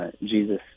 Jesus